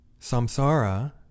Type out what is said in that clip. Samsara